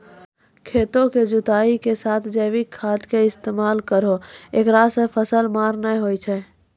खेतों के जुताई के साथ जैविक खाद के इस्तेमाल करहो ऐकरा से फसल मार नैय होय छै?